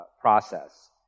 process